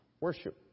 Worship